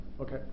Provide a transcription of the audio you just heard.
okay